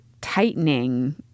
tightening